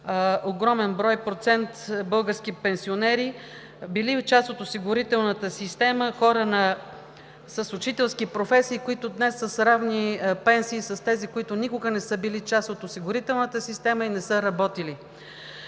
огромен брой, процент български пенсионери – били част от осигурителната система, хора с учителски професии, които днес са с равни пенсии с тези, които никога не са били част от осигурителната система и не са работили,